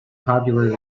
popular